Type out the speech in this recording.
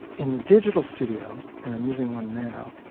in the digital studio, and i'm using one now,